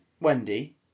Wendy